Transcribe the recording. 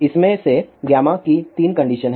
इसमें से की 3 कंडीशन हैं